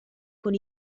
con